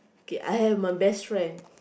K I have my best friend